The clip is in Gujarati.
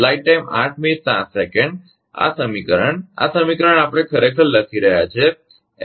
આ સમીકરણ આ સમીકરણ આપણે ખરેખર લખી રહ્યા છીએ